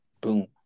Boom